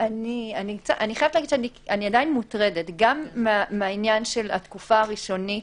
אני עדיין מוטרדת גם מהעניין של התקופה הראשונית,